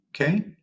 Okay